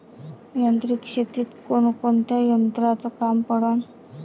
यांत्रिक शेतीत कोनकोनच्या यंत्राचं काम पडन?